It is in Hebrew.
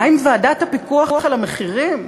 מה עם ועדת הפיקוח על המחירים?